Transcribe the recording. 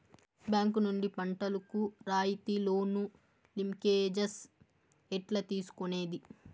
Bank నుండి పంటలు కు రాయితీ లోను, లింకేజస్ ఎట్లా తీసుకొనేది?